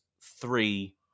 three